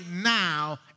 now